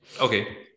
Okay